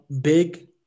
big